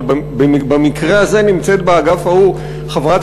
אבל במקרה הזה נמצאת באגף ההוא חברת